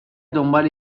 دنبال